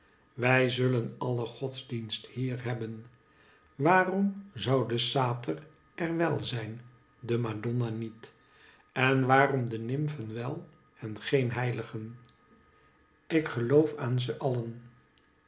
wij zullen alle godsdienst hier hebben waarom zou de sater er wel zijn de madonna niet en waarom de nymfen wel en geen heiligen ik geloof aan ze alien